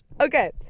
Okay